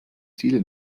ziele